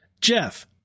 Jeff